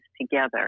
together